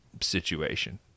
situation